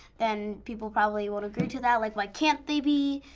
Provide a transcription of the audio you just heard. then people probably won't agree to that, like why can't they be?